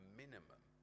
minimum